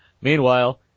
Meanwhile